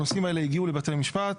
הנושאים האלה הגיעו לבתי משפט,